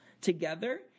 together